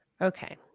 okay